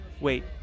Wait